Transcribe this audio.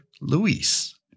Luis